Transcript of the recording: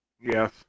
Yes